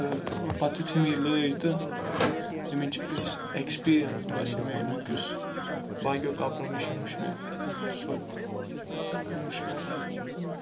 پَتہٕ یُتھُے مےٚ یہِ لٲج تہٕ اَمِچ یُس ایٚکسپیٖریَنس باسے مےٚ امیُک یُس باقیَو کَپرَو نِش وٕچھ مےٚ سُہ وٕچھ مےٚ